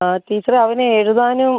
ആ ടീച്ചറേ അവന് എഴുതാനും